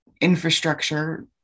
infrastructure